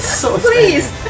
Please